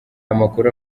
amakuru